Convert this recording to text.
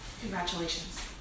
Congratulations